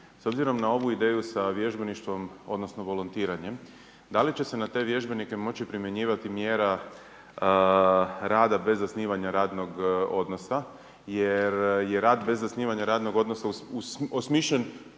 S obzirom na ovu ideju sa vježbeništvom, odnosno volontiranjem da li će se na te vježbenike moći primjenjivati mjera rada bez zasnivanja radnog odnosa jer je rad bez zasnivanja radnog odnosa osmišljen